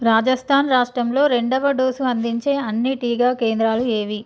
రాజస్థాన్ రాష్ట్రంలో రెండవ డోసు అందించే అన్ని టీకా కేంద్రాలు ఏవి